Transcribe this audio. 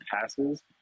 passes